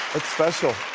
it's special.